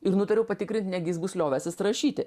ir nutariau patikrint negi jis bus liovęsis rašyti